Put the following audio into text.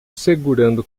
segurando